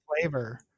flavor